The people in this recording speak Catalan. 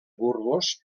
burgos